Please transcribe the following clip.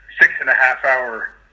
six-and-a-half-hour